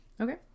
Okay